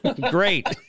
Great